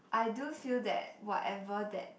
I do feel that whatever that